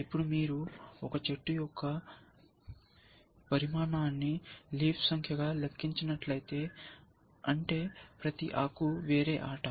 ఇప్పుడు మీరు ఒక చెట్టు యొక్క పరిమాణాన్ని లీవ్స్ సంఖ్యగా లెక్కించినట్లయితే అంటే ప్రతి ఆకు వేరే ఆట